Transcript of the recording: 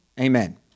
Amen